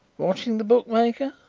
watching the bookmaker.